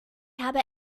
habe